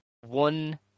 one